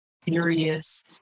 Furious